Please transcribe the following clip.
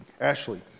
Ashley